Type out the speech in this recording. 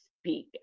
speak